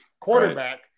quarterback